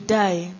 die